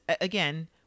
again